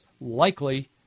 likely